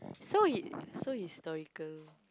so his~ so historical